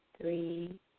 three